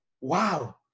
Wow